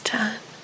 done